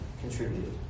contributed